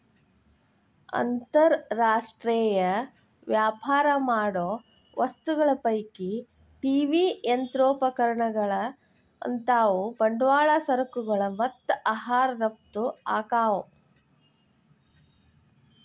ಅಂತರ್ ರಾಷ್ಟ್ರೇಯ ವ್ಯಾಪಾರ ಮಾಡೋ ವಸ್ತುಗಳ ಪೈಕಿ ಟಿ.ವಿ ಯಂತ್ರೋಪಕರಣಗಳಂತಾವು ಬಂಡವಾಳ ಸರಕುಗಳು ಮತ್ತ ಆಹಾರ ರಫ್ತ ಆಕ್ಕಾವು